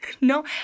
No